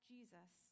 Jesus